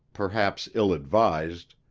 perhaps ill-advised,